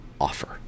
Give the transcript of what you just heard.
offer